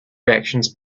reactions